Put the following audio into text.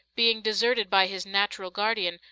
being deserted by his natural guardian,